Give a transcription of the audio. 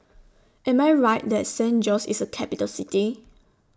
Am I Right that San Jose IS A Capital City